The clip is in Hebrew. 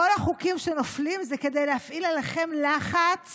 כל החוקים שנופלים זה כדי להפעיל עליכם לחץ